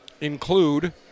include